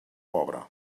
pobra